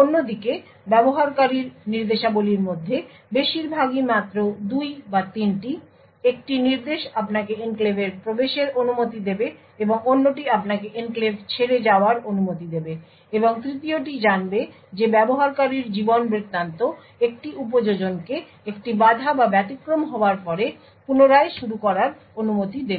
অন্যদিকে ব্যবহারকারীর নির্দেশাবলীর মধ্যে বেশিরভাগই মাত্র 2 বা 3টি একটি নির্দেশ আপনাকে এনক্লেভের প্রবেশের অনুমতি দেবে এবং অন্যটি আপনাকে এনক্লেভ ছেড়ে যাওয়ার অনুমতি দেবে এবং তৃতীয়টি জানবে যে ব্যবহারকারীর জীবনবৃত্তান্ত একটি উপযোজনকে একটি বাধা বা ব্যতিক্রম হওয়ার পরে পুনরায় শুরু করার অনুমতি দেবে